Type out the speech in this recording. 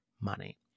money